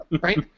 Right